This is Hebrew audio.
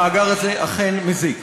המאגר הזה אכן מזיק.